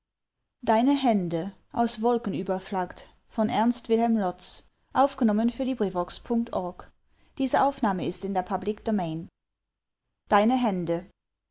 umschlungen deine hände